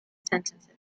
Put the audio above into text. sentences